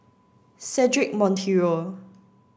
Cedric Monteiro